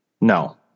No